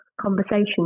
conversation